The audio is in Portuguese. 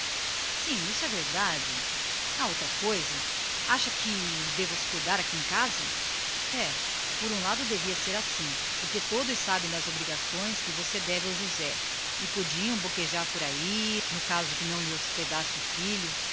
lá isso é verdade ah outra coisa devo hospedá lo aqui em casa é por um lado devia ser assim todos sabem as obrigações que você deve ao defunto josé e poderiam boquejar por aí no caso que não lhe hospedasse o filho